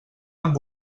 amb